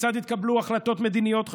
כיצד יתקבלו החלטות מדיניות חשובות?